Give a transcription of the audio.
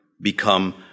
become